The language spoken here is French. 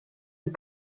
des